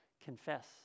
confess